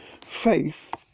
Faith